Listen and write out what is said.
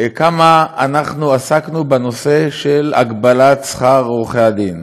כמה אנחנו עסקנו בנושא של הגבלת שכר עורכי הדין.